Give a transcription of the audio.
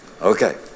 Okay